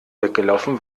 weggelaufen